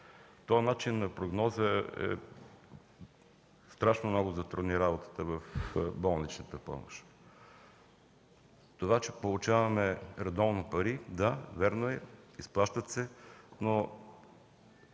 Този начин на прогноза страшно много затрудни работата в болничната помощ. Това, че получаваме редовно пари – да, вярно е, изплащат се, но